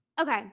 okay